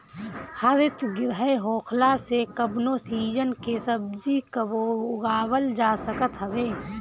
हरितगृह होखला से कवनो सीजन के सब्जी कबो उगावल जा सकत हवे